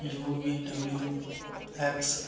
U V W X